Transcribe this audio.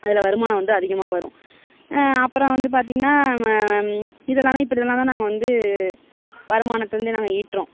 அதில் வருமானம் வந்து அதிகமாக வரும் அப்புறம் வந்து பார்த்திங்கனா இதெல்லாம் தான் இப்படியெல்லாம் தான் நாங்கள் வந்து வருமானத்தை வந்து நாங்கள் ஈட்டுகிறோம்